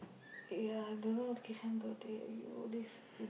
ya I dunno Kishan birthday !aiyo! this